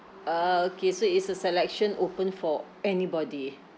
ah okay so it's a selection open for anybody